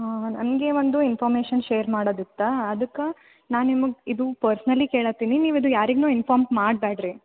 ಹಾಂ ನನಗೆ ಒಂದು ಇನ್ಫಾರ್ಮೇಶನ್ ಶೇರ್ ಮಾಡೋದಿತ್ತು ಅದಕ್ಕೆ ನಾನು ನಿಮಗೆ ಇದು ಪರ್ಸ್ನಲಿ ಕೇಳುತ್ತೀನಿ ನೀವು ಇದು ಯಾರಿಗು ಇನ್ಫಾರ್ಮ್ ಮಾಡ್ಬೇಡ್ರೀ